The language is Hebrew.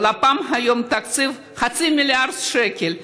בלפ"מ היום יש תקציב של חצי מיליארד שקל,